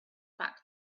back